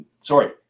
Sorry